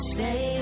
Stay